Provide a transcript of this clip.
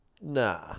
Nah